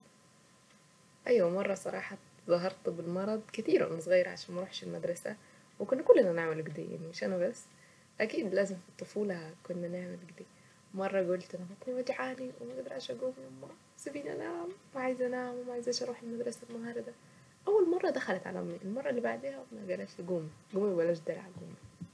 ايوا مرة صراحة تظاهرت بالمرض كثير وانا صغيرة عشان ما اروحش المدرسة وكنا كلنا نعمل كده يعني مش انا بس اكيد لازم الطفولة كنا نعمل كده مرة قلت انا ما كنت وجعاني وما اقدرش اقوم يمه سيبيني انام عايزة انام مش عايزة اروح المدرسة النهارده. اول مرة دخلت على امي المرة اللي بعديها امي قالتلي قومي قومي وبلاش دلع قومي.